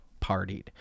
partied